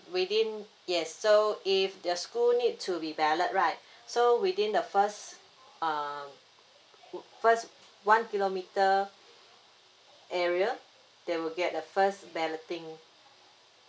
within yes so if the school need to be ballot right so within the first uh first one kilometre area there will get the first balloting